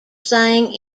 sang